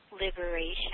liberation